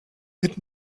mit